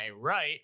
right